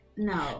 No